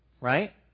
right